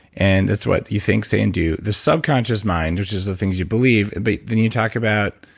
and it's what you think, say, and do. the subconscious mind, which is the things you believe. but then you talk about